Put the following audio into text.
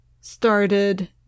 started